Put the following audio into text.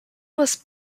was